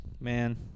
man